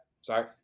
Sorry